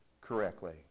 correctly